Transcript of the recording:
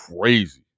crazy